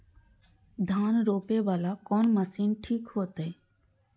धान रोपे वाला कोन मशीन ठीक होते?